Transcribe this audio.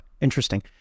interesting